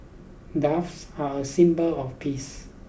doves are a symbol of peace